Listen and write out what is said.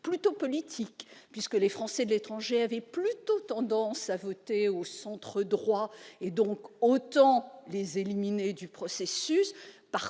plutôt politique, puisque les Français de l'étranger avaient plutôt tendance à voter au centre droit- dès lors, autant les éliminer du processus